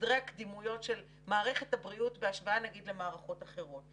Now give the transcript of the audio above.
סדרי הקדימויות של מערכת הבריאות בהשוואה למערכות אחרות.